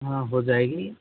हाँ हो जाएगी